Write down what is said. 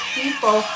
people